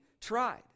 tried